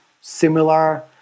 similar